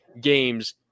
games